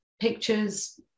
pictures